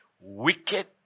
wicked